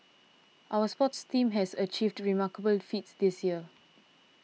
our sports teams has achieved remarkable feats this year